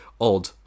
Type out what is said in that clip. odd